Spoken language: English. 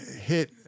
hit